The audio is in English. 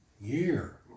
year